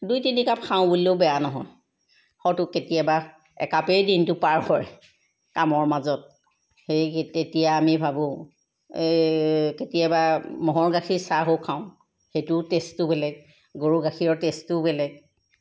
দুই তিনি কাপ খাওঁ বুলিলেও বেয়া নহয় হয়তো কেতিয়াবা একাপেই দিনটো পাৰ হয় কামৰ মাজত সেই তেতিয়া আমি ভাবোঁ এই কেতিয়াবা ম'হৰ গাখীৰ চাহো খাওঁ সেইটোও টে'ষ্টটো বেলেগ গৰু গাখীৰৰ টে'ষ্টটোও বেলেগ